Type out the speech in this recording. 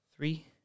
three